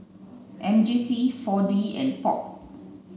M J C Four D and Pop